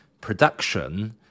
production